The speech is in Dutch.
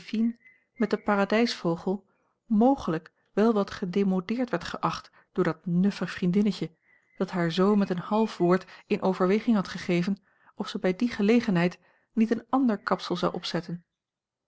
met den paradijsvogel mogelijk wel wat gedemodeerd werd geacht door dat nuffig vriendinnetje dat haar zoo met een half woord in overweging had gegeven of ze bij die gelegenheid niet een ander kapsel zou opzetten